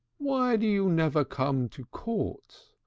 why do you never come to court?